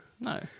No